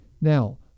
Now